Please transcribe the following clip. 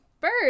Bird